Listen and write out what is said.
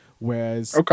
Whereas